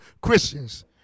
Christians